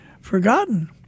forgotten